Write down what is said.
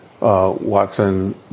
Watson